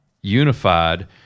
unified